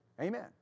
Amen